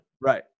Right